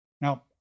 Now